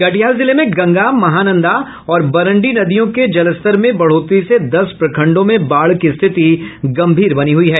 कटिहार जिले में गंगा महानंदा और बरंडी नदियों के जलस्तर में बढ़ोतरी से दस प्रखंडों में बाढ़ की स्थिति गंभीर बनी हुई है